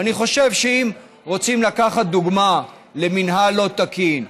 ואני חושב שאם רוצים לקחת דוגמה למינהל לא תקין,